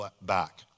back